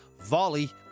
volley